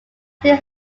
still